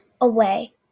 away